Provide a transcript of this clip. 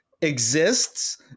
exists